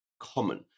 Common